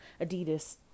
Adidas